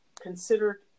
considered